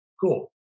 cool